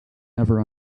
never